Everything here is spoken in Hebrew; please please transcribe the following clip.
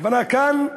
הכוונה כאן: